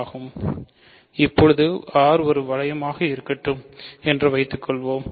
ஆகும் இப்போது R ஒரு வளையமாக இருக்கட்டும் என்று வைத்துக்கொள்வோம்